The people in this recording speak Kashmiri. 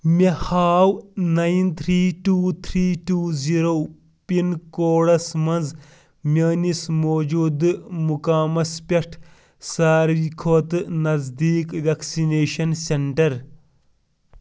مےٚ ہاو nine three two three two zero pin کوڈَس منٛز میٛٲنِس موجوٗدٕ مُقامَس پٮ۪ٹھ ساروی کھۄتہٕ نزدیٖک وٮ۪کسِنیشَن سٮ۪نٛٹَر